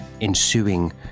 ensuing